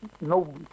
no